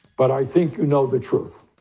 but i think know the truth.